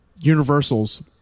universals